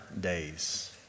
days